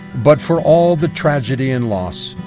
but for all the tragedy and loss,